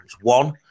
One